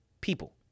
People